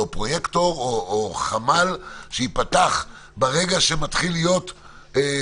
פרויקטור או חמ"ל שיפתח ברגע שמתחיל להיות חשש.